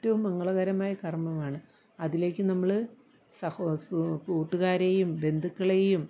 ഏറ്റവും മംഗളകരമായ കർമ്മമാണ് അതിലേക്കു നമ്മൾ സഹോ സു കൂട്ടുകാരെയും ബന്ധുക്കളെയും